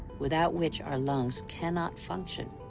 without which our lungs cannot function,